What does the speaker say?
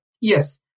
Yes